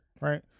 Right